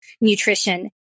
nutrition